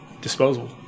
disposable